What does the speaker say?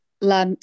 La